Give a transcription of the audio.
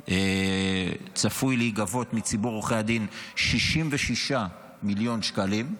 צפויים להיגבות מציבור עורכי הדין 66 מיליון שקלים.